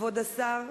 כבוד השר,